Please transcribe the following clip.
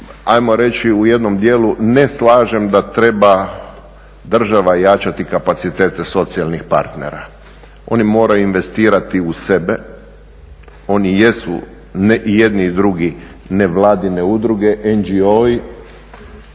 ajmo reći u jednom dijelu ne slažem da treba država jačati kapacitete socijalnih partnera. Oni moraju investirati u sebe, oni jesu i jedni i drugi nevladine udruge NGO-i